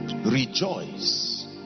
rejoice